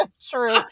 True